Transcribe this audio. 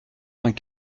vingt